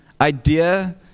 idea